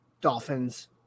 Dolphins